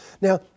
Now